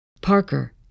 Parker